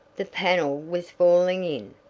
the panel was falling in.